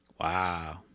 Wow